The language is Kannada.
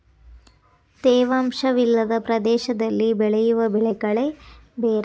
ತೇವಾಂಶ ವಿಲ್ಲದ ಪ್ರದೇಶದಲ್ಲಿ ಬೆಳೆಯುವ ಬೆಳೆಗಳೆ ಬೇರೆ